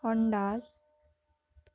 Honda